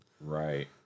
Right